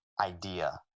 idea